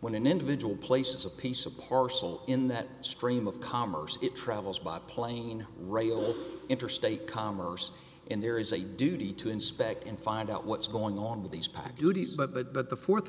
when an individual places a piece a parcel in that stream of commerce it travels by plane right interstate commerce and there is a duty to inspect and find out what's going on with these packages but the fourth